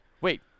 wait